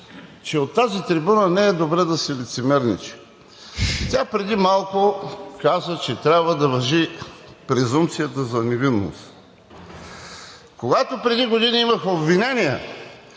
че от тази трибуна не е добре да се лицемерничи. Тя преди малко каза, че трябва да важи презумпцията за невинност. Когато преди години имаха обвинения